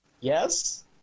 Yes